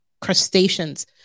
crustaceans